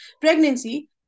pregnancy